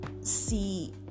see